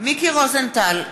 מיקי רוזנטל,